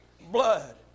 blood